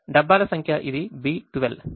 డబ్బాల సంఖ్య ఇది B12